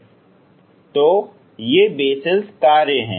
इसलिए ये बेसेल कार्य हैं